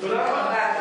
תודה רבה.